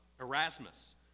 Erasmus